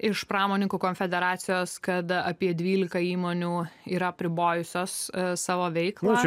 iš pramoninkų konfederacijos kad apie dvylika įmonių yra apribojusios savo veiklą